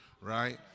right